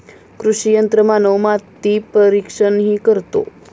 कृषी यंत्रमानव माती परीक्षणही करतो